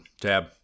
tab